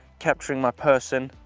capturing my person,